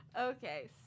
Okay